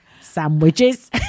sandwiches